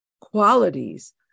qualities